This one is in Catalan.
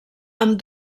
amb